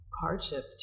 hardship